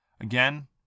Again